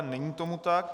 Není tomu tak.